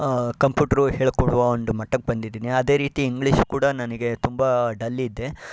computer ಹೇಳ್ಕೊಡುವ ಒಂದು ಮಟ್ಟಕ್ಕೆ ಬಂದಿದ್ದೀನಿ ಅದೇ ರೀತಿ ಇಂಗ್ಲೀಷ್ ಕೂಡ ನನಗೆ ತುಂಬ ಡಲ್ ಇದ್ದೆ